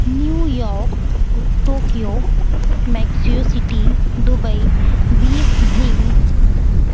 new York Tokyo Mexico City Dubai Beijing